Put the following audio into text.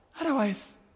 Otherwise